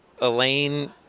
Elaine